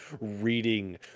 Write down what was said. reading